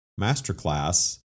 masterclass